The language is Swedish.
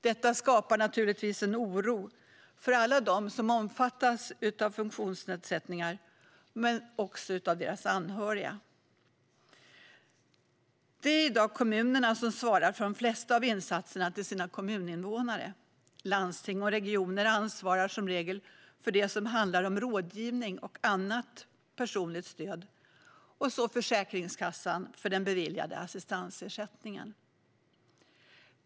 Det skapar naturligtvis en oro hos alla dem som omfattas av funktionsnedsättningar men också hos deras anhöriga. Det är i dag kommunerna som svarar för de flesta av insatserna till sina kommuninvånare. Landsting och regioner ansvarar som regel för det som handlar om rådgivning och annat personligt stöd, och Försäkringskassan ansvarar för den beviljade assistansersättningen.